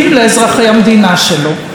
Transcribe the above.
מאיימים על פקיד ציבור,